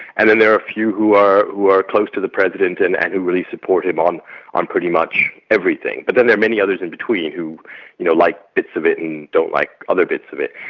and then there are a few who are who are close to the president and and who really support him on on pretty much everything. but then there are many others in between who you know like bits of it and don't like other bits of it.